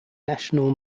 national